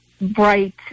bright